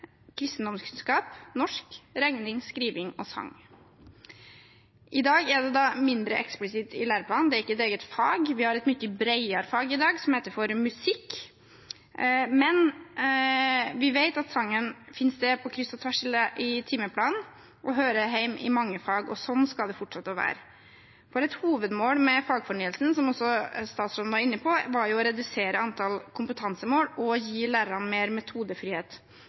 kristendomskunnskap, norsk, regning, skriving og sang. I dag er det mindre eksplisitt i læreplanen. Det er ikke et eget fag, vi har et mye bredere fag i dag, som heter musikk. Men vi vet at sangen finnes på kryss og tvers i timeplanen og hører hjemme i mange fag, og slik skal det fortsette å være. For et hovedmål med fagfornyelsen, som også statsråden var inne på, var å redusere antall kompetansemål og gi lærerne mer metodefrihet.